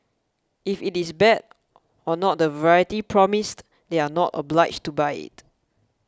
if it is bad or not the variety promised they are not obliged to buy it